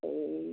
এই